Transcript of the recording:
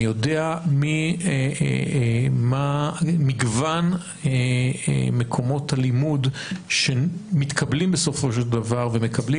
אני יודע מה מגוון מקומות הלימוד שמתקבלים בסופו של דבר ומקבלים